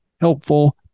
helpful